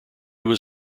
was